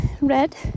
red